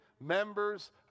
members